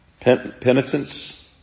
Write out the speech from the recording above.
penitence